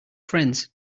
friends